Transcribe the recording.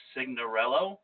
Signorello